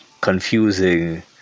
Confusing